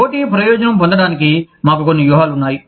పోటీ ప్రయోజనం పొందడానికి మాకు కొన్ని వ్యూహాలు ఉన్నాయి